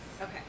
Okay